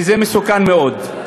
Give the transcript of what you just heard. וזה מסוכן מאוד.